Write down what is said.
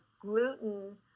gluten